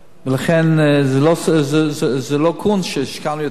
לכן, זה לא קונץ שהשקענו יותר כסף.